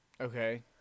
Okay